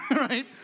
right